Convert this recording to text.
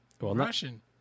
Russian